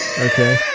okay